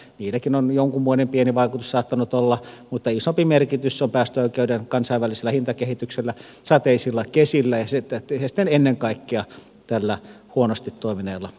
niilläkin on jonkunmoinen pieni vaikutus saattanut olla mutta isompi merkitys on päästöoikeuden kansainvälisellä hintakehityksellä sateisilla kesillä ja sitten ennen kaikkea tällä huonosti toimineella luvituksella